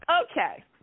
Okay